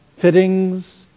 fittings